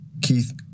Keith